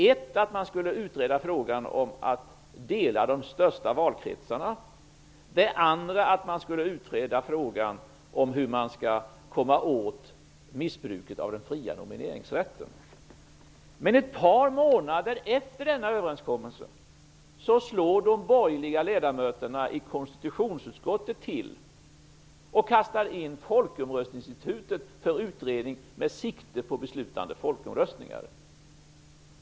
Ett går ut på att man skall utreda frågan om delning av de största valkretsarna. Det andra går ut på att man skall utreda frågan om hur man skall komma åt missbruket av den fria nomineringsrätten. Men ett par månader efter denna överenskommelse slår de borgerliga ledamöterna i konstitutionsutskottet till och ''kastar in'' folkomröstningsinstitutet för utredning med sikte på beslutande folkomröstningar.